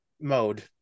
mode